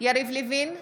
יריב לוין,